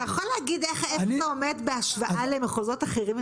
אתה יכול להגיד איך אתה עומד בהשוואה למחוזות אחרים,